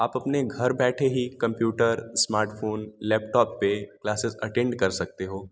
आप अपने घर बैठे ही कंप्यूटर स्मार्टफ़ोन लैपटॉप पर क्लासेज़ अटेंड कर सकते हो